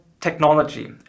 technology